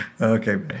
Okay